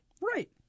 Right